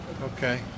Okay